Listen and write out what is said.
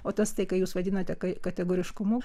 o tas tai ką jūs vadinate kai kategoriškumu